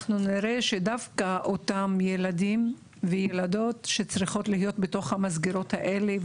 אנחנו נראה שדווקא אותם ילדים וילדות שצריכים להיות בתוך המסגרות האלה,